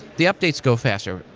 the updates go faster.